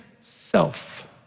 self